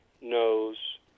knows